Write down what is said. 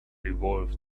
evolved